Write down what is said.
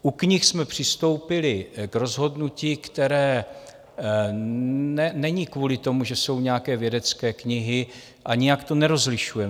U knih jsme přistoupili k rozhodnutí, které není kvůli tomu, že jsou nějaké vědecké knihy, a nijak to nerozlišujeme.